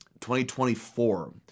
2024